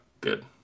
good